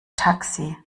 taxi